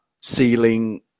ceiling